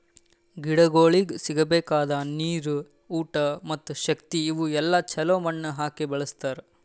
ಗಿಡಗೊಳಿಗ್ ಸಿಗಬೇಕಾದ ನೀರು, ಊಟ ಮತ್ತ ಶಕ್ತಿ ಇವು ಎಲ್ಲಾ ಛಲೋ ಮಣ್ಣು ಹಾಕಿ ಬೆಳಸ್ತಾರ್